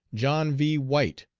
john v. white,